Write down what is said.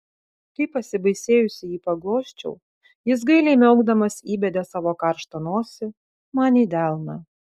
kai pasibaisėjusi jį paglosčiau jis gailiai miaukdamas įbedė savo karštą nosį man į delną